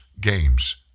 games